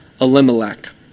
Elimelech